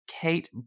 Kate